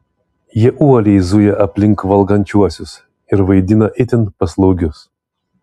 jie uoliai zuja aplink valgančiuosius ir vaidina itin paslaugius